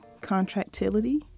contractility